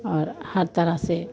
और हर तरह से